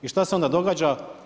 I šta se onda događa?